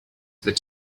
this